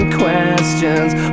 questions